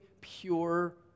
pure